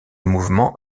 mouvement